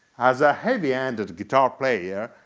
as a heavy handed guitar player,